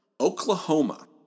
Oklahoma